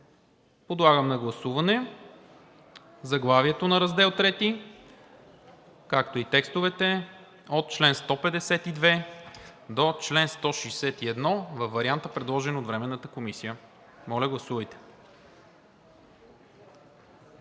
Подлагам на гласуване заглавието на Раздел III, както и текстовете от чл. 152 до чл. 161 във варианта, предложен от Временната комисия. Гласували